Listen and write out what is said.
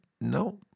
no